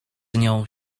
nią